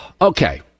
Okay